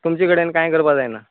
तुमचे कडेन कांय करपाक जायना